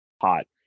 hot